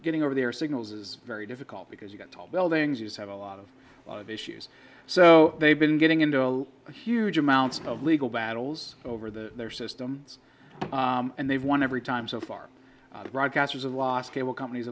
getting over their signals is very difficult because you got tall buildings you have a lot of issues so they've been getting into a huge amount of legal battles over the their systems and they've won every time so far broadcasters of the last cable companies